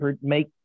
make